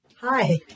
Hi